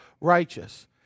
righteous